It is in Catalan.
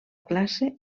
classe